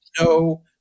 no